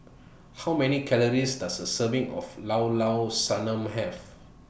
How Many Calories Does A Serving of Llao Llao Sanum Have